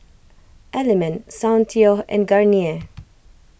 Element Soundteoh and Garnier